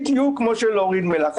בדיוק כמו להוריד מלח.